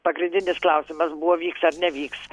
pagrindinis klausimas buvo vyks ar nevyks